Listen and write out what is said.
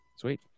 Sweet